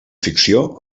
ficció